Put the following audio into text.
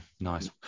nice